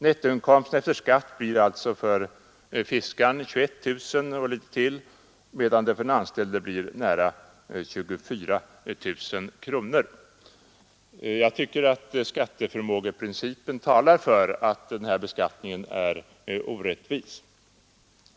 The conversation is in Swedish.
Nettoinkomsten efter skatt blir alltså för fiskaren 21 000 och litet till, medan den för den anställde blir nära 24 000 kronor. Jag tycker att skatteförmågeprincipen talar för att den här beskattningen är orättvis.